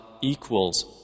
equals